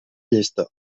llesta